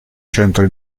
centro